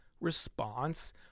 response